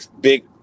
big